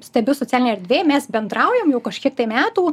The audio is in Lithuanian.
stebiu socialinėj erdvėj mes bendraujam jau kažkiek tai metų